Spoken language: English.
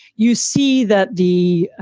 you see that the